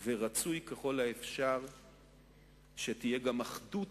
ורצוי ככל האפשר שיהיו גם אחדות